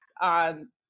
on